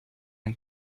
een